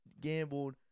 gambled